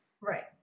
right